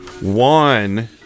One